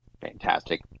fantastic